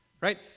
Right